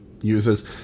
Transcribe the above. uses